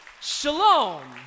Shalom